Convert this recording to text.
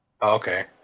Okay